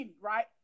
right